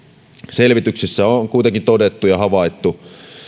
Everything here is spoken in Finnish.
selvityksessä on kuitenkin todettu ja havaittu